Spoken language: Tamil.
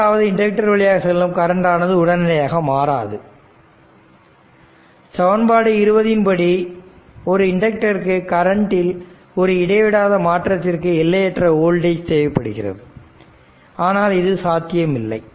இரண்டாவது இண்டக்டர் வழியாக செல்லும் கரண்ட் ஆனது உடனடியாக மாறாது சமன்பாடு 20ன் படி ஒரு இண்டக்டர்க்கு கரண்டில் ஒரு இடைவிடாத மாற்றத்திற்கு எல்லையற்ற வோல்டேஜ் தேவைப்படுகிறது ஆனால் இது சாத்தியமில்லை